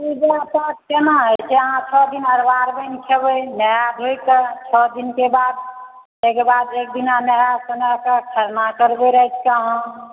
पूजा पाठ केना होइ छै अहाँ छओ दिन अरवा अरवाइन खेबै नहा धोकऽ छओ दिनकेँ बाद ताहि के बाद एक दिन नहा सोना कऽ खरना करबै राति कऽ